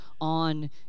on